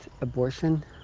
abortion